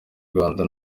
rwanda